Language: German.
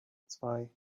zwei